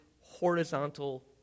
horizontal